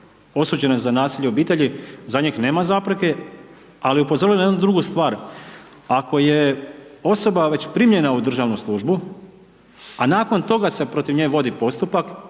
osuđene za nasilje u obitelji, za njih nema zapreke ali je upozorilo na jednu drugu stvar, ako je osoba već primljena u državnu službu a nakon toga se protiv nje vodi postupak